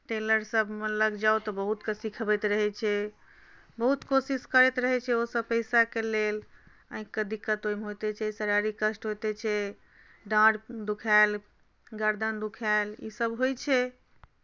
teller सभमे लग जाउ तऽ बहुतके सिखबैत रहैत छै बहुत कोशिश करैत रहैत छै ओसभ पैसाके लेल आँखिके दिक्कत ओहिमे होइते छै शारीरिक कष्ट होइते छै डाँर दुखाएल गर्दन दुखाएल ईसभ होइत छै